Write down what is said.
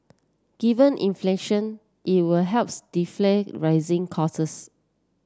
given inflation it will helps defray rising